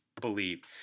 believe